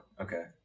Okay